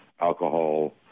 alcohol